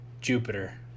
Jupiter